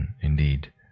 Indeed